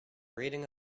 reading